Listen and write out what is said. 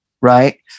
Right